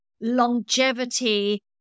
longevity